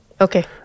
Okay